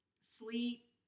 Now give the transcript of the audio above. sleep